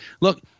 Look